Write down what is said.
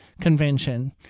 convention